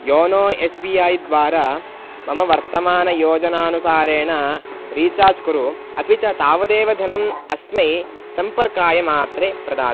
YONO S B I द्वारा मम वर्तमानयोजनानुसारेण रीचार्ज् कुरु अपि च तावदेव धनम् अस्मै सम्पर्काय मात्रे प्रददात्